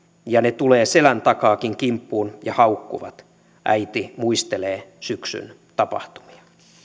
ja ne tulee selän takaakin kimppuun ja haukkuvat näin äiti muistelee syksyn tapahtumia